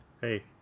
hey